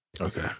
Okay